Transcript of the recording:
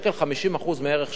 50% מערך שמאי,